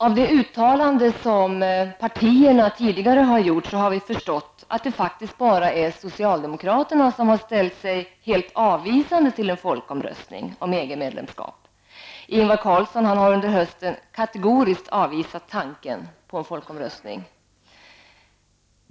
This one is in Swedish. Av de uttalanden som partierna tidigare gjort har vi förstått att det bara är socialdemokraterna som ställt sig helt avvisande till en folkomröstning om EG-medlemskap. Ingvar Carlsson har under hösten kategoriskt avvisat tanken på en folkomröstning.